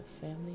family